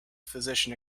physician